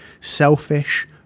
selfish